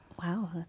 Wow